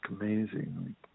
amazing